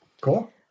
Cool